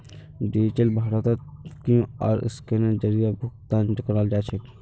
digital भारतत QR scanner जरीए भुकतान कराल जाछेक